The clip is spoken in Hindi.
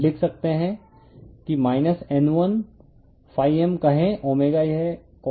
तो यह लिख सकते है कि N1 m कहे ω यह cosine ω t है